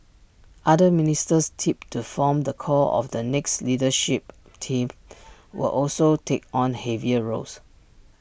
other ministers tipped to form the core of the next leadership team will also take on heavier roles